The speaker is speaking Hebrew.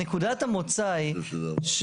נקודת המוצא היא,